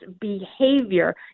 behavior